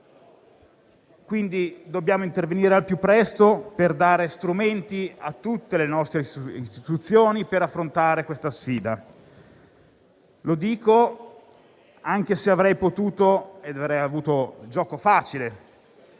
periodo. Dobbiamo intervenire al più presto per dare strumenti a tutte le nostre istituzioni per affrontare questa sfida. Lo dico anche se avrei potuto - e avrei avuto gioco facile